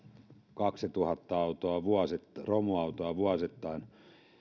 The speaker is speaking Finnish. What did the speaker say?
kaksituhatta romuautoa vuosittain